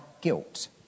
guilt